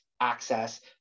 access